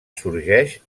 sorgeix